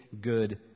good